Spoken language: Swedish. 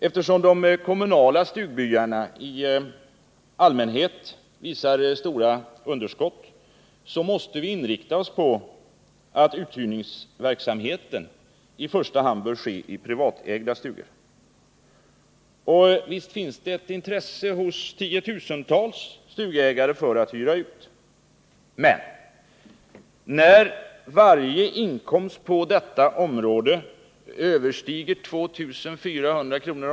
Eftersom de kommunala stugbyarna i allmänhet visat sig gå med stora underskott måste vi inrikta oss på att uthyrningsverksamheten i första hand sker i privatägda stugor. Och visst finns det ett intresse hos tiotusentals stugägare att hyra ut. Men när varje inkomst på detta område som överstiger 2 400 kr.